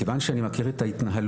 כיוון שאני מכיר את ההתנהלות,